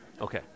Okay